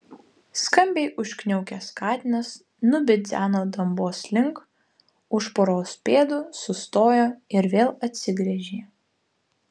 skambiai užkniaukęs katinas nubidzeno dambos link už poros pėdų sustojo ir vėl atsigręžė